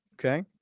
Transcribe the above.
Okay